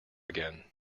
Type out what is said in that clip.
again